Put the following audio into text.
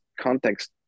context